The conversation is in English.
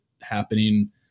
happening